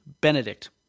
Benedict